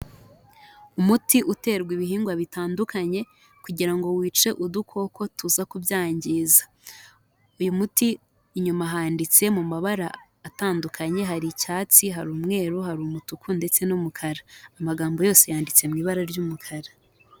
Umuti uterwa ibihingwa bitandukanye kugira ngo wice udukoko tuza kubyangiza. Uyu muti inyuma handitse mu mabara atandukanye hari icyatsi, hari umweru, hari umutuku ndetse n'umukara. Amagambo yose yanditse mu ibara ry'umukara.